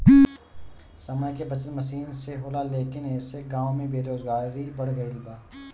समय के बचत मसीन से होला लेकिन ऐसे गाँव में बेरोजगारी बढ़ गइल बा